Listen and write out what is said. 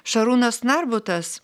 šarūnas narbutas